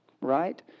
right